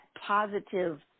positive